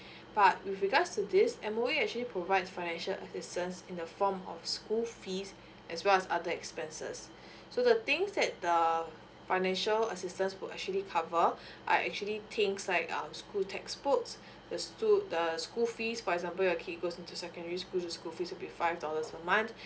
but with regards to this M_O_E actually provide financial assistance in the form of school fees as well as other expenses so the things that the financial assistance would actually cover are actually things like uh school textbooks the stool the school fees for example your kids goes into secondary school the school fees to be five dollars per month